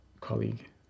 colleague